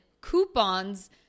coupons